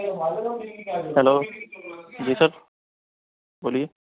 hello جی sir بولیے